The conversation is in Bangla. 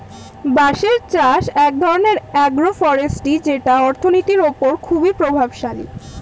বাঁশের চাষ এক ধরনের আগ্রো ফরেষ্ট্রী যেটা অর্থনীতির ওপর খুবই প্রভাবশালী